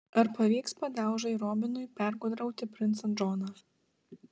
ar pavyks padaužai robinui pergudrauti princą džoną